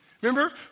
Remember